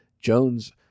Jones